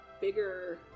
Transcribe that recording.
bigger